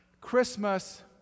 Christmas